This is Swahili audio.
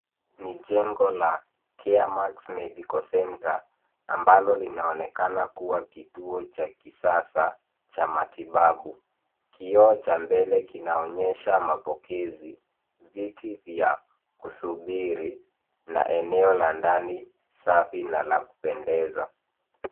Mijengo la Caremax Medical Centre ambalo linaonekana kuwa kituo cha kisasa cha matibabu. Kioo cha mbele kinaonyesha mapokezi, viti vya kusubiri na eneo la ndani safi na la kupendeza.